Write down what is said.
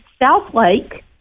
Southlake